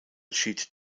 schied